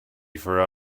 for